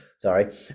Sorry